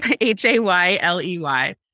H-A-Y-L-E-Y